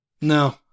No